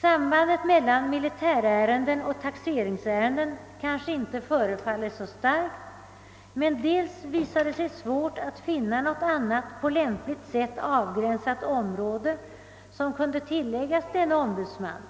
Sambandet mellan <militärärenden och taxeringsärenden kanske inte förefaller så starkt, men dels visar det sig svårt att finna något annat på lämpligt sätt avgränsat område som kunde tillläggas denne ombudsman,